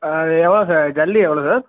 ஆ அது எவ்வளோ சார் ஜல்லி எவ்வளோ சார்